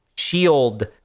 shield